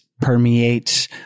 permeates